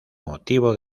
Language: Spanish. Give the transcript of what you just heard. motivo